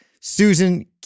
Susan